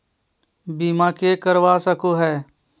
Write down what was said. बीमा के करवा सको है?